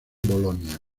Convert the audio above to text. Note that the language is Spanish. bolonia